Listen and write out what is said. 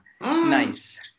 Nice